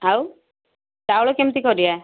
ଆଉ ଚାଉଳ କେମତି କରିବା